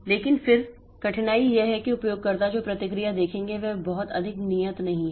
लेकिन फिर कठिनाई यह है कि उपयोगकर्ता जो प्रतिक्रिया देखेंगे वह बहुत अधिक नियत नहीं है